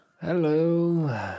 Hello